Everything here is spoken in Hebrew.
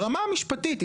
ברמה המשפטית,